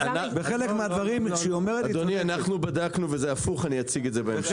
בחלק מהדברים שהיא אומרת היא צודקת.